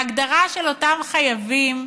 ההגדרה של אותם חייבים,